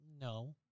No